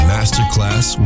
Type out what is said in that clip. Masterclass